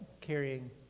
carrying